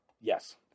Yes